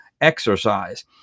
exercise